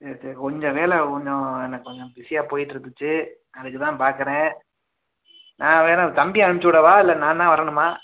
சரி சரி கொஞ்சம் வேலை கொஞ்சம் எனக்கு கொஞ்சம் பிஸியாக போய்டுருந்துச்சி அதுக்கு தான் பார்க்குறேன் நான் வேணால் தம்பியை அனுப்பிச்சுவுடவா இல்லை நான் தான் வரணுமா